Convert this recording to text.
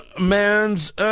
man's